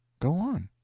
go on.